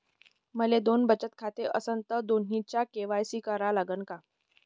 माये दोन बचत खाते असन तर दोन्हीचा के.वाय.सी करा लागन का?